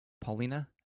Paulina